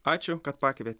ačiū kad pakvietė